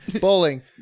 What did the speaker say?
Bowling